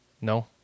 No